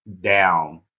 down